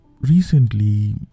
recently